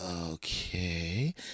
okay